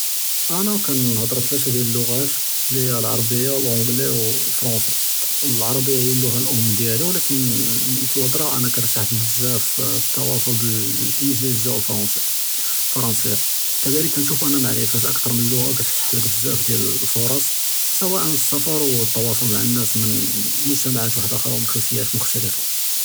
אַנָא כַּנְהַדֵּר בְּתְלָאת דִּיַאל אֶלְלּוּגוֹת לִי הִי אֶלְעַרַבִיָה וְלִאַנְגְּלִי וְלַפְרַנְסִי, אֶלְעַרַבִיָה הִי אֶלְלּוּגָה אֶלְאֻם דִּיַאלִי וְלָקִין פִּי אֶלְהְדְרָה כַּנְרְתַח בְּלְבְּזַאף, תִּתְוַאסַל בְּאַלְאַנְגְּלִיזִי וּפִי אֶלְפְרַנְסִי. כַּדְלִיק כַּנְשּׁוּף בִּלִי מַעְרִפַּה אְכְתַר מִן לּוּגַה קַתְפַתַּחְלֶק בְּזַאף דִּיַאל אֶלְפֻרְס, סְוָא אֶלְסַفַר וּתִתְוַאסַל מַעַ נָאס מִן מֻגְתַמַעַات וַחְדְרָה וּמִן חֻלְפִיּוֹת מֻכְתֶלֶפֶה.